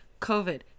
COVID